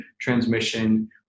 transmission